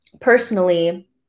Personally